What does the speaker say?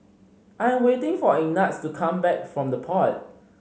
I am waiting for Ignatz to come back from The Pod